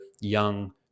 young